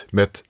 met